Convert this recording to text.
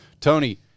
Tony